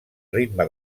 ritme